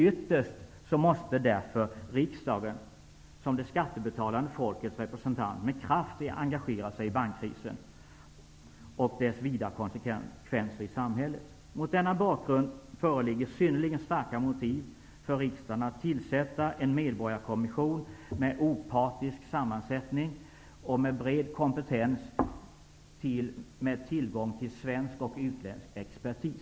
Ytterst måste därför riksdagen -- som det skattebetalande folkets representant -- med kraft engagera sig i bankkrisen och dess vida konsekvenser i samhället. Mot denna bakgrund föreligger synnerligen starka motiv för riksdagen att tillsätta en medborgarkommission med opartisk sammansättning och bred kompetens med tillgång till svensk och utländsk expertis.